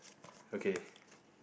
okay